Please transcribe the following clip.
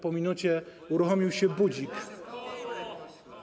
Po minucie uruchomił się budzik.